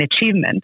achievement